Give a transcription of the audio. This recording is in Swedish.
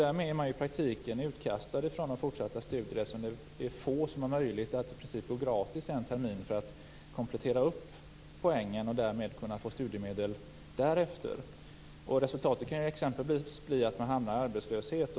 Därmed är de i praktiken utkastade från fortsatta studier, eftersom det är få som har möjlighet att i princip studera gratis en termin för att komplettera poängen och därmed kunna få studiemedel därefter. Resultatet kan exempelvis bli att de hamnar i arbetslöshet.